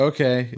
Okay